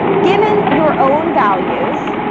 given your own values